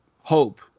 hope